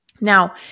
Now